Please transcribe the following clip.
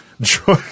joy